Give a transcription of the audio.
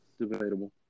Debatable